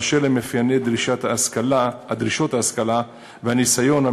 באשר למאפייני דרישות ההשכלה והניסיון על